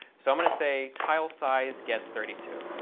so i'm going to say tile size gets thirty two.